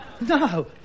No